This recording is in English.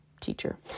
teacher